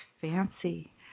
fancy